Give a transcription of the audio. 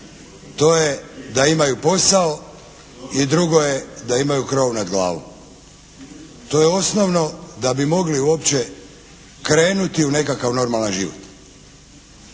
To je da imaju posao i drugo je da imaju krov nad glavom. To je osnovno da bi mogli uopće krenuti u nekakav normalan život.